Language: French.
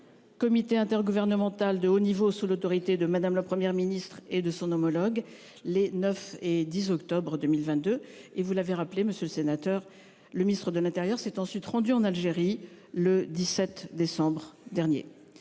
Comité intergouvernemental de haut niveau franco-algérien, sous l'autorité de Mme la Première ministre et de son homologue algérien, les 9 et 10 octobre 2022. Comme vous l'avez rappelé, monsieur le sénateur, le ministre de l'intérieur s'est ensuite rendu en Algérie le 17 décembre dernier.